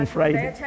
Friday